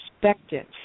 perspective